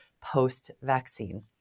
post-vaccine